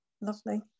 Lovely